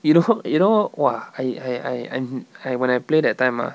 you know you know !wah! I I I I'm I when I play that time ah